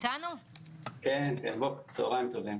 צהריים טובים.